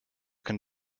can